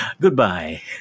Goodbye